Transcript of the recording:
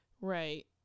right